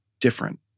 different